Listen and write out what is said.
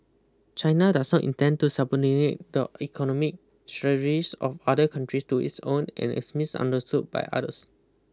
China does not intend to the economic strategies of other countries to its own and is misunderstood by others